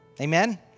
Amen